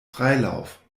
freilauf